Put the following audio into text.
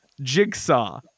Jigsaw